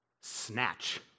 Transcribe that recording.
snatch